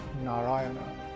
Narayana